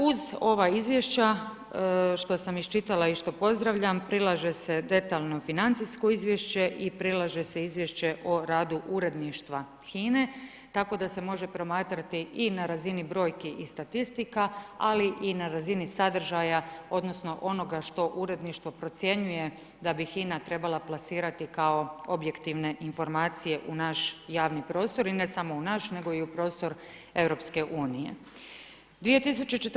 Uz ova izvješća što sam iščitala i što pozdravljam, prilaže se detaljno financijsko izvješće i prilaže se izvješće o radu uredništva HINA-e tako da se može promatrati i na razini brojki i statistika ali i ina razini sadržaja odnosno onoga što uredništvo procjenjuje da bi HINA trebala plasirati kao objektivne informacije u naš javni prostor i ne samo u naš nego i prostor EU-a.